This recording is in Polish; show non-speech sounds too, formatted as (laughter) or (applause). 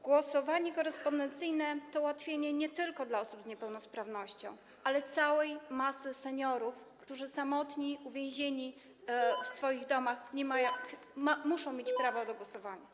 Głosowanie korespondencyjne to ułatwienie nie tylko dla osób z niepełnosprawnością, ale dla całej masy seniorów, którzy samotni, (noise) uwięzieni w swoich domach muszą mieć prawo do głosowania.